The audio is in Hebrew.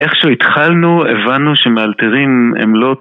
איכשהו התחלנו, הבנו שמאלתרים הם לא...